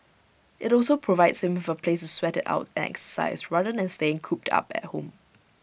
IT also provides him with A place to sweat IT out and exercise rather than staying cooped up at home